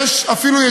אני רק שאלתי